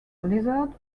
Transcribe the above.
lizards